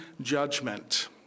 judgment